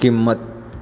किंमत